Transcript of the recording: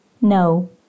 No